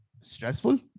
Stressful